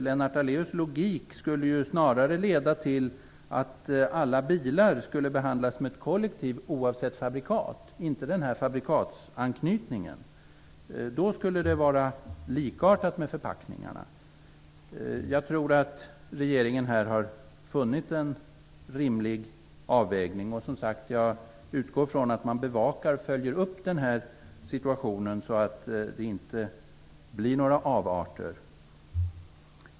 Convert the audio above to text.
Lennart Daléus logik skulle snarare leda till att alla bilar behandlas som ett kollektiv oavsett fabrikat, utan fabrikatsanknytningen. Då skulle det vara likartad med förpackningarna. Jag tror att regeringen har funnit en rimlig avvägning, och jag utgår som sagt från att man bevakar och följer upp situationen så att det inte blir några avarter.